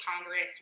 Congress